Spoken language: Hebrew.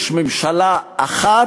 יש ממשלה אחת,